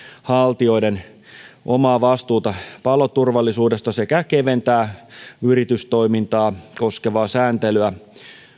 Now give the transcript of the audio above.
haltijoiden omaa vastuuta paloturvallisuudesta sekä keventää yritystoimintaa koskevaa sääntelyä